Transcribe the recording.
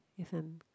if I'm